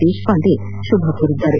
ದೇಶಪಾಂಡೆ ಶುಭ ಕೋರಿದ್ದಾರೆ